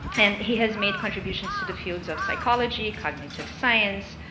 and he has made contributions to the fields of psychology, cognitive science,